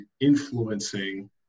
influencing